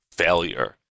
failure